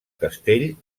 castell